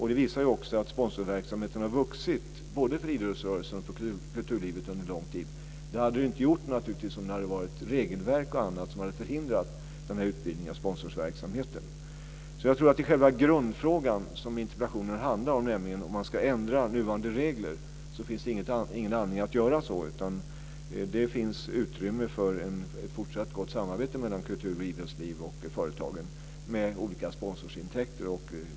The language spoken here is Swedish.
Det visar sig också att sponsringen har ökat både för idrottsrörelsen och för kulturlivet under lång tid. Men det hade det naturligtvis inte gjort om det hade varit regelverk och annat som hade förhindrat utvidgningen av sponsorverksamheten. I själva grundfrågan som interpellationen handlar om, nämligen om man ska ändra nuvarande regler, finns det ingen anledning att göra så. Det finns utrymme för fortsatt gott samarbete mellan kultur och idrottsliv och företagen med olika sponsorintäkter.